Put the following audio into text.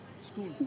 School